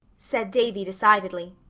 said davy decidedly,